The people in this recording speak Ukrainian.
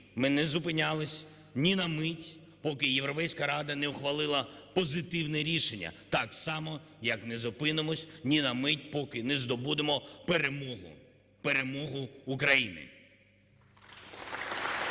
Ми не зупинялися ні на мить, поки Європейська рада не ухвалила позитивне рішення, так само, як не зупинимося ні на мить, поки не здобудемо перемогу, перемогу України. (Оплески)